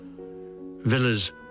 villas